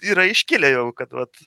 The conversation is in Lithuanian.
yra iškilę jau kad vat